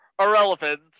Irrelevant